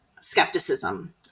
skepticism